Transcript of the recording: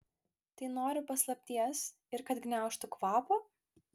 tai nori paslapties ir kad gniaužtų kvapą